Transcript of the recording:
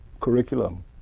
curriculum